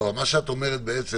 אפשר להציג אותם בבקשה?